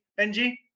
Benji